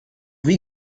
wie